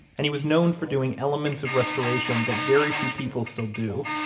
and he was known for doing elements of restoration that very few people still do,